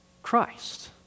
Christ